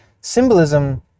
symbolism